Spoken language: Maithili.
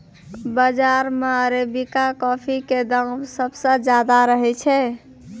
बाजार मॅ अरेबिका कॉफी के दाम सबसॅ ज्यादा रहै छै